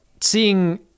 seeing